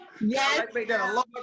Yes